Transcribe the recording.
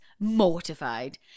Mortified